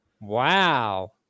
Wow